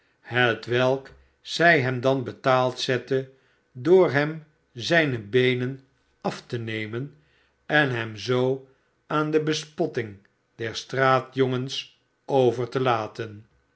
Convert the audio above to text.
hetwelk zij hem dan betaald zette door hem zijne beenen af te nemen en hem zoo aan de bespotting der straatjongens over te laten